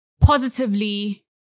positively